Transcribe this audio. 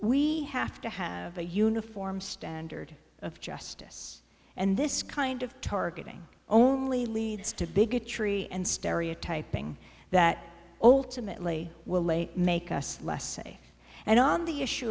we have to have a uniform standard of justice and this kind of targeting only leads to bigotry and stereotyping that old timidly will make us less safe and on the issue